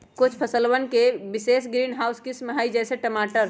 कुछ फसलवन के विशेष ग्रीनहाउस किस्म हई, जैसे टमाटर